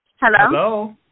Hello